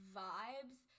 vibes